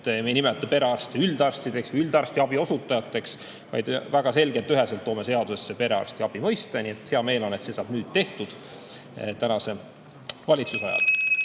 et me ei nimeta perearste üldarstideks või üldarstiabi osutajateks, vaid toome väga selgelt ja üheselt seadusse perearstiabi mõiste. Nii et hea meel on, et see saab nüüd, praeguse valitsuse ajal